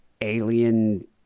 alien